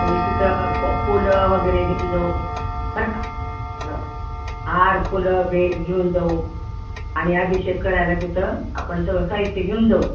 आणि तिथं प फुलं वगैरे घेऊन जाऊ बरं का हा हार फुलं बेल घेऊन जाऊ आणि अभिषेक करायला तिथं आपण सगळं साहित्य घेऊन जाऊ